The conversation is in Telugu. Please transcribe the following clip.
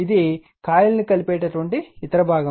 ఇది కాయిల్ను కలిపే ఇతర భాగం